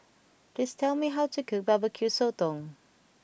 please tell me how to cook Barbecue Sotong